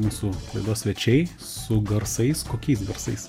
mūsų laidos svečiai su garsais kokiais garsais